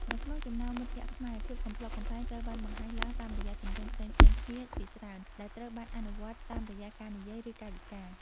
នៅក្នុងចំណោមមិត្តភក្តិខ្មែរ ភាពកំប្លុកកំប្លែងត្រូវបានបង្ហាញឡើងតាមរយៈទម្រង់ផ្សេងៗគ្នាជាច្រើន ដែលត្រូវបានអនុវត្តតាមរយៈការនិយាយឬកាយវិការ។